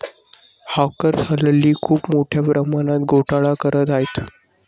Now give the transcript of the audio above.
hackers हल्ली खूप मोठ्या प्रमाणात घोटाळा करत आहेत